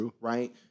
right